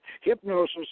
hypnosis